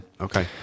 okay